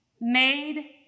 made